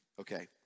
okay